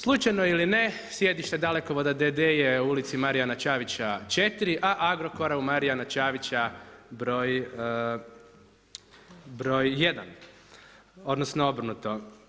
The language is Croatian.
Slučajno ili ne, sjedište Dalekovoda d.d. je u ulici Marijana Čavića 4 a Agrokora Marijana Čavića broj 1. odnosno, obrnuto.